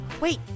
Wait